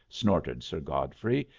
snorted sir godfrey.